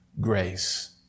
grace